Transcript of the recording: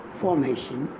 formation